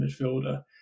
midfielder